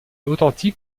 authentiques